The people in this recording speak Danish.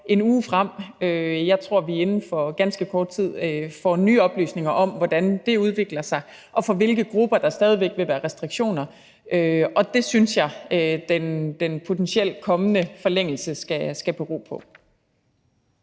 en uge frem. Jeg tror, at vi inden for ganske kort tid får nye oplysninger om, hvordan det udvikler sig, og for hvilke grupper der stadig væk vil være restriktioner. Det synes jeg den potentielt kommende forlængelse skal bero på.